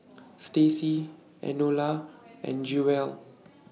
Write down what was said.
Staci Enola and Jewell